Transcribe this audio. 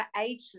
age